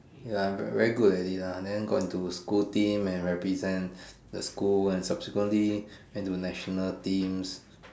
ya very very good ah and then got into school team and represent the school and subsequently into national team